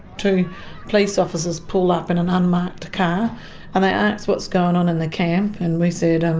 two police officers pulled up in an unmarked car and they asked what's going on in the camp? and we said, and